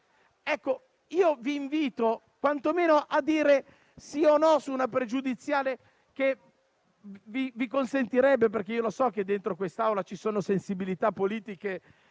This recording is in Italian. quantomeno a dire sì o no su una pregiudiziale che vi consentirebbe di esprimervi. So che dentro quest'Aula ci sono sensibilità politiche